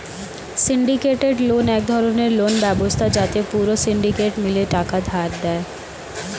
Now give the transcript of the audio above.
syndicated loan এক ধরণের loan ব্যবস্থা যাতে পুরো সিন্ডিকেট মিলে টাকা ধার দেয়